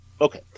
Okay